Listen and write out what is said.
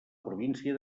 província